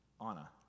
Anna